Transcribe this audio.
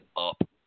up